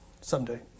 Someday